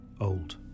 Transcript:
old